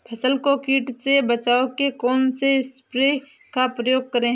फसल को कीट से बचाव के कौनसे स्प्रे का प्रयोग करें?